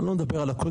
אני לא מדבר על הקודם,